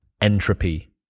entropy